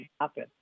happen